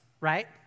right